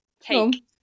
take